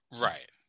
Right